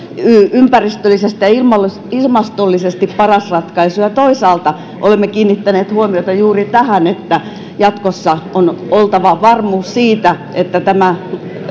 ympäristöllisesti ja ilmastollisesti paras ratkaisu toisaalta olemme kiinnittäneet huomiota juuri tähän että jatkossa on oltava varmuus siitä että tämä